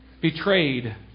betrayed